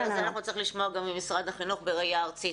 על זה אנחנו נצטרך לשמוע גם ממשרד החינוך בראיה ארצית.